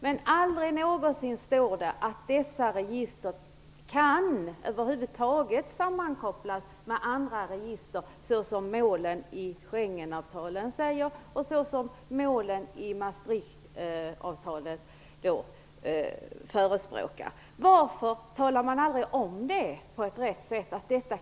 Men det står över huvud taget ingenstans att dessa register kan sammankopplas med andra register. Det är ju det mål som förespråkas i både Schengenavtalet och Maastrichtavtalet. Varför talar man aldrig om att det också blir följden?